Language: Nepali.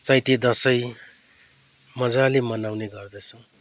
चैते दसैँ मज्जाले मनाउने गर्दछौँ